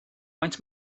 faint